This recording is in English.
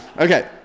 Okay